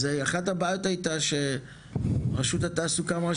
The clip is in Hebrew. אז אחת הבעיות היתה שרשות התעסוקה אמרה